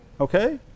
Okay